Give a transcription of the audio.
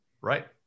Right